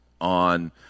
on